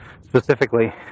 Specifically